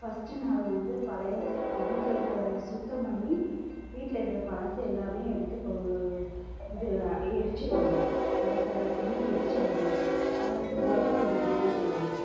first நாள் வந்து பழைய சி இப்போ வீட்டில் இருக்கிறத சுத்தம் பண்ணி வீட்டில் இருக்கிற பழசு எல்லாமே எடுத்து கொ இது எரிச்சிடுவாங்க பழசு எல்லாத்தையுமே எரிச்சிடுவாங்க அது வந்து போகி பண்டிகைன்னு சொல்லுவாங்க